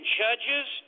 judges